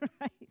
Right